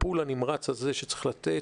הטיפול הנמרץ הזה שצריך לתת,